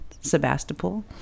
Sebastopol